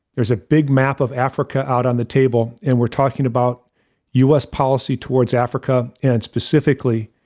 there's a big map of africa out on the table. and we're talking about us policy towards africa, and specifically,